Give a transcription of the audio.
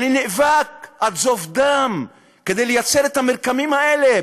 אני נאבק עד זוב דם כדי ליצור את המרקמים האלה,